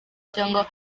cyangwa